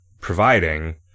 providing